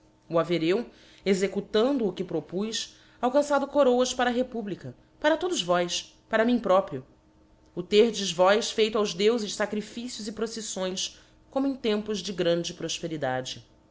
o haver eu executando o que propuz alcançado coroas para a republica para todos vós para mim próprio o terdes vós feito aos deufes facrificios e prociítóes como em tempos de grande profperidade